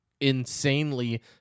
insanely